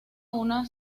una